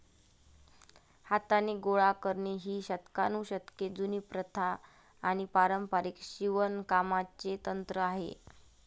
हाताने गोळा करणे ही शतकानुशतके जुनी प्रथा आणि पारंपारिक शिवणकामाचे तंत्र आहे